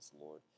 Lord